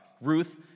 Ruth